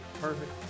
Perfect